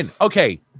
Okay